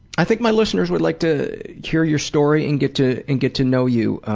i think my listeners would like to hear your story and get to and get to know you.